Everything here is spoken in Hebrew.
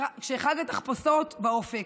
וחג התחפושות באופק.